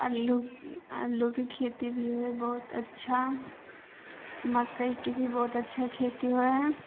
अल्लू अल्लूके खेती भी होइ हइ बहुत अच्छा मकइके भी बहुत अच्छा खेती होइ हइ